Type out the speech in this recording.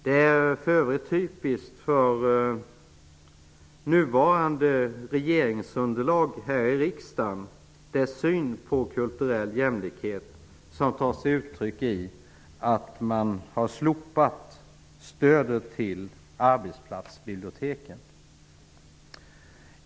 Det är för övrigt typiskt för den syn som de partier som utgör det nuvarande regeringsunderlaget här i riksdagen har på kulturell jämlikhet, som tar sig uttryck i att man har slopat stödet till arbetsplatsbiblioteken.